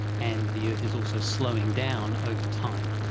and the earth is also slowing down over time,